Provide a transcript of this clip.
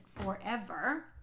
forever